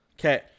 Okay